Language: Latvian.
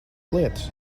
lietas